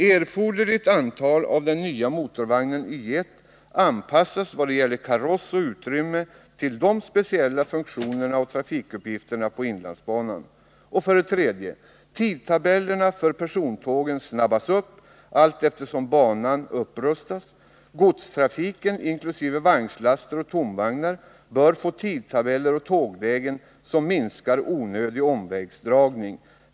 Erforderligt antal av den nya motorvagnen Y 1 anpassas vad gäller kaross och utrymme till de speciella funktionerna och trafikuppgifterna på inlandsbanan. 3. Tidtabellerna för persontågen ”snabbas upp” allteftersom banan upprustas. Godstrafiken inkl. vagnslaster och tomvagnar bör få tidtabeller och tåglägen som minskar onödig omvägsdragning.